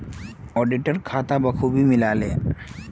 auditor खाता बखूबी मिला ले